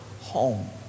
home